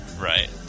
Right